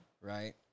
right